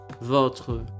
votre